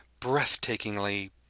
breathtakingly